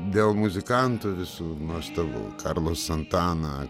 dėl muzikantų visų nuostabu karlos santana